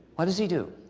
what does he do?